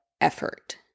effort